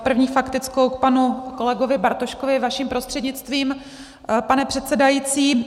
První faktickou k panu kolegovi Bartoškovi vaším prostřednictvím, pane předsedající.